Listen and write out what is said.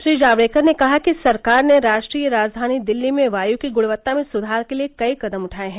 श्री जावडेकर ने कहा कि सरकार ने राष्ट्रीय राजधानी दिल्ली में वाय की गृणवत्ता में सुधार के लिए कई कदम उठाये हैं